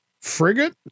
frigate